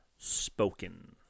spoken